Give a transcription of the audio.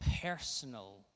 personal